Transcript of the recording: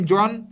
John